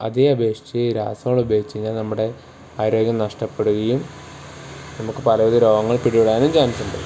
അതിനെ അപേക്ഷിച്ച് രാസവളം ഉപയോഗിച്ചു കഴിഞ്ഞാൽ നമ്മുടെ ആരോഗ്യം നഷ്ടപ്പെടുകയും നമുക്ക് പലവിധ രോഗങ്ങൾ പിടിപെടാനും ചാൻസുണ്ട്